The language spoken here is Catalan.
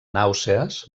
nàusees